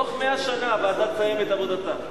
בתוך 100 שנה הוועדה תסיים את עבודתה,